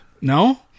No